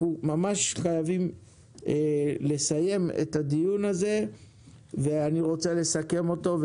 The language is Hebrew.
אנחנו חייבים לסיים את הדיון הזה ואני רוצה לסכם אותו.